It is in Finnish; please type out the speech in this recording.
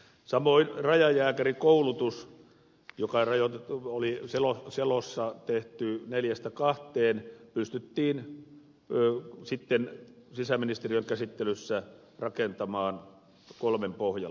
samoin rajajääkärikoulutus joka oli selossa tehty neljästä kahteen pystyttiin sitten sisäministeriön käsittelyssä rakentamaan kolmen pohjalle